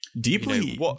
Deeply